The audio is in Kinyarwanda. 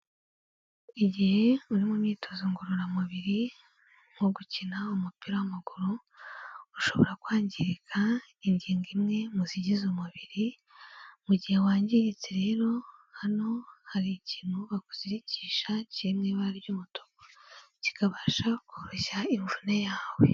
Igihe uri mu myitozo ngororamubiri nko gukina umupira w'amaguru ushobora kwangirika ingingo imwe mu zigize umubiri, mu gihe wangiritse rero hano hari ikintu bakuzirikisha kiri mu ibara ry'umutuku kikabasha koroshya imvune yawe.